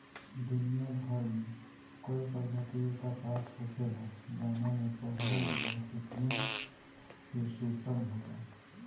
दुनियाभर में कई प्रजाति के कपास होखेला जवना में पहिला गॉसिपियम हिर्सुटम होला